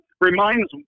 reminds